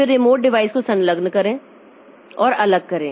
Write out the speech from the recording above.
फिर remote device को संलग्न करें और अलग करें